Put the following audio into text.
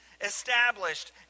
established